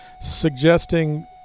suggesting